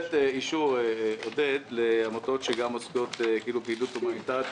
את הישיבה בנושא הרביזיה על אישור מוסדות ציבור לעניין סעיף 46,